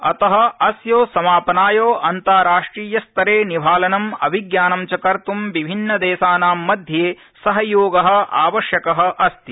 अत अस्य समापनाय अन्ताराष्ट्रिय स्तरे निभालनम् अभिज्ञानं च कर्तू विभिन्न देशानां मध्ये सहयोग आवश्यक अस्ति